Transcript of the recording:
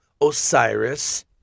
osiris